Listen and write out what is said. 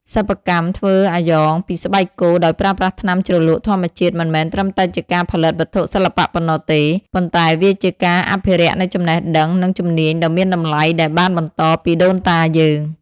សិប្បកម្មធ្វើអាយ៉ងពីស្បែកគោដោយប្រើប្រាស់ថ្នាំជ្រលក់ធម្មជាតិមិនមែនត្រឹមតែជាការផលិតវត្ថុសិល្បៈប៉ុណ្ណោះទេ ប៉ុន្តែវាជាការអភិរក្សនូវចំណេះដឹងនិងជំនាញដ៏មានតម្លៃដែលបានបន្តពីដូនតាយើង។